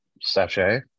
Sachet